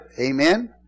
Amen